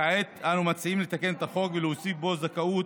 כעת אני מציעים לתקן את החוק ולהוסיף בו זכאות